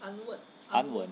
安稳